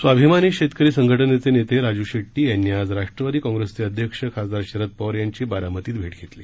स्वाभिमानी शेतकरी संघटनेचे नेते राजू शेट्टी यांनी आज राष्ट्रवादी काँग्रेसचे अध्यक्ष खासदार शरद पवार यांची बारामतीत भेट घेतली